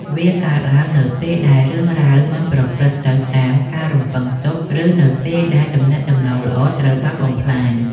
វាកើតឡើងនៅពេលដែលរឿងរ៉ាវមិនប្រព្រឹត្តទៅតាមការរំពឹងទុក ឬនៅពេលដែលទំនាក់ទំនងល្អត្រូវបានបំផ្លាញ។